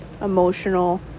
emotional